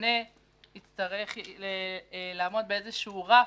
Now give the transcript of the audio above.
שהממונה יצטרך לעמוד באיזשהו רף,